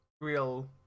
real